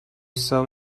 saw